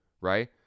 right